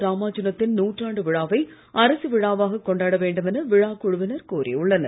ராமாவுஜ த்தின் நூற்றாண்டு விழாவை அரசு விழாவாகக் கொண்டாட வேண்டும் என விழாக் குழுவினர் கோரியுள்ளனர்